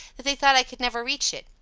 that they thought i could never reach it,